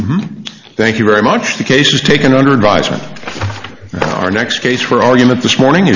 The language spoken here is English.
thank you very much the case is taken under advisement our next case for argument this morning